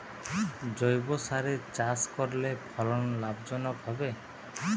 জৈবসারে চাষ করলে ফলন লাভজনক হবে?